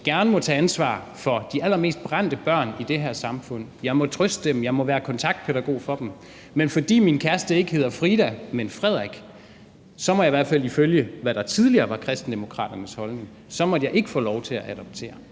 gerne må tage ansvar for de allermest brændte børn i det her samfund og må trøste dem og være kontaktpædagog for dem, men fordi min kæreste ikke hedder Frida, men Frederik, må jeg ikke – i hvert fald ifølge det, der tidligere var Kristendemokraternes holdning – få lov til at adoptere.